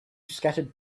scattered